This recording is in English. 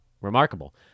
Remarkable